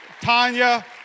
Tanya